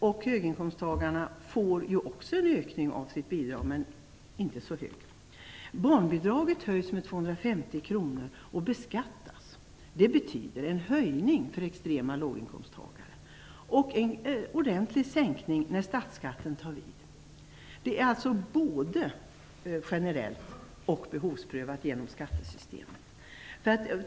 Även höginkomsttagarna får en ökning av sin ersättning, om också inte så hög. Barnbidraget bör höjas med 250 kr och beskattas. Det betyder en höjning för inkomsttagare med extremt låg lön och en ordentlig sänkning när statsskatten tar vid. Vårt välfärdssystem är alltså både generellt och behovsprövat genom skattesystemet.